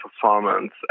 performance